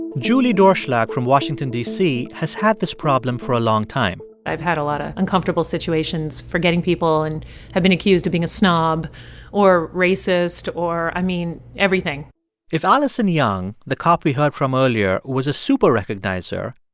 julie doerschlag from washington, d c, has had this problem for a long time i've had a lot of uncomfortable situations forgetting people and have been accused of being a snob or racist or, i mean, everything if alison young the cop we heard from earlier was a super-recognizer,